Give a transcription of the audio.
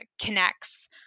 connects